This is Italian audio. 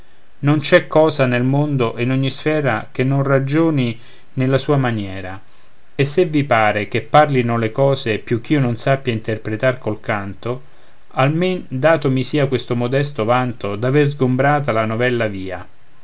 non c'è cosa nel mondo e in ogni sfera che non ragioni nella sua maniera e se vi par che parlino le cose più ch'io non sappia interpretar col canto almen dato mi sia questo modesto vanto d'aver sgombrata la novella via